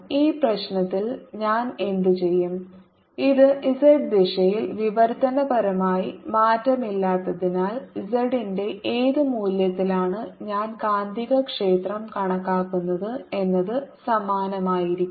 ഈ പ്രശ്നത്തിൽ ഞാൻ എന്തുചെയ്യും ഇത് z ദിശയിൽ വിവർത്തനപരമായി മാറ്റമില്ലാത്തതിനാൽ z ന്റെ ഏത് മൂല്യത്തിലാണ് ഞാൻ കാന്തികക്ഷേത്രം കണക്കാക്കുന്നത് എന്നത് സമാനമായിരിക്കും